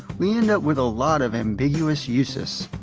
we end up with a lot of ambiguous uses.